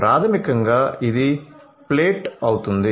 ప్రాథమికంగా ఇది ప్లేట్ అవుతుంది